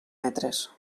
metres